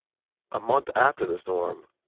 a month after the storm,